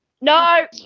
no